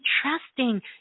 trusting